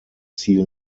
ziel